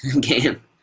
game